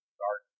dark